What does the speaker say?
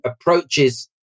approaches